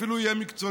אפילו אם יהיה מקצועי.